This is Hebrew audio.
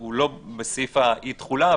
הוא לא בסעיף האי תחולה,